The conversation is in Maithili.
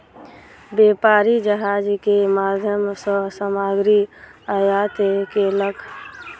व्यापारी जहाज के माध्यम सॅ सामग्री आयात केलक